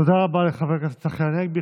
תודה רבה לחבר הכנסת צחי הנגבי.